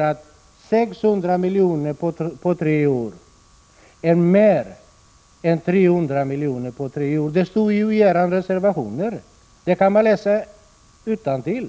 att 600 miljoner på tre år är mer än 300 miljoner på tre år. Det står i er reservation och går att läsa innantill.